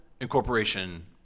Incorporation